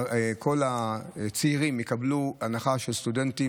כל הצעירים יקבלו הנחה של סטודנטים,